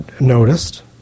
noticed